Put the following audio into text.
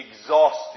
exhausted